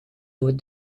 door